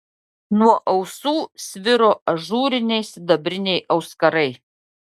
nuo ausų sviro ažūriniai sidabriniai auskarai